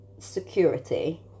security